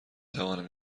توانم